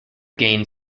gained